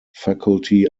faculty